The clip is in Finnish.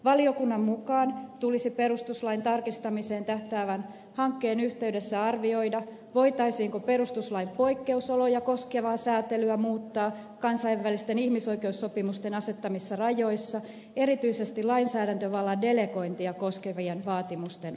valiokunnan mukaan tulisi perustuslain tarkistamiseen tähtäävän hankkeen yhteydessä arvioida voitaisiinko perustuslain poikkeusoloja koskevaa säätelyä muuttaa kansainvälisten ihmisoikeussopimusten asettamissa rajoissa erityisesti lainsäädäntövallan delegointia koskevien vaatimusten osalta